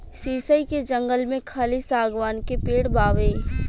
शीशइ के जंगल में खाली शागवान के पेड़ बावे